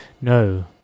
No